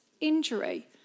injury